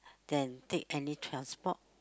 than take any transport